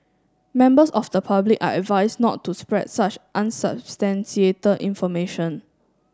members of the public are advised not to spread such unsubstantiated information